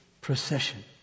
procession